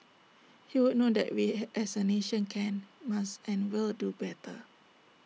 he would know that we had as A nation can must and will do better